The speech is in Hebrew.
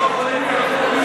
מה יהיה לנו פה?